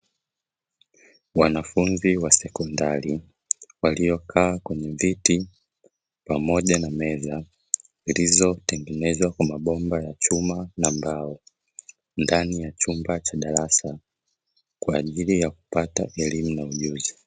Wanafunzi wa sekondari, waliokaa kwenye viti pamoja na meza zilizotengenezwa kwa mabomba ya chuma na mbao, ndani ya chumba cha darasa kwa ajili ya kupata elimu na ujuzi.